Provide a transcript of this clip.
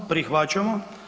Prihvaćamo.